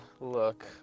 Look